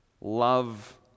Love